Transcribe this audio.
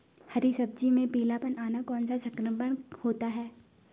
हरी सब्जी में पीलापन आना कौन सा संक्रमण होता है?